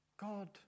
God